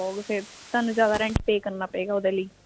ਤੁਹਾਨੂੰ ਜਿਆਦਾ rent pay ਕਰਨਾ ਪਏਗਾ ਉਹਦੇ ਲਈ